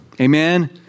amen